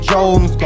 Jones